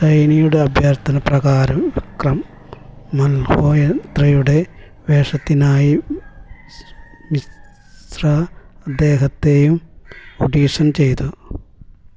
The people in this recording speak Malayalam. ഷൈനിയുടെ അഭ്യർത്ഥനപ്രകാരം വിക്രം മൽഹോത്രയുടെ വേഷത്തിനായി മിശ്ര അദ്ദേഹത്തെയും ഒഡീഷൻ ചെയ്തു